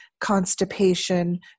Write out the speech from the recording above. constipation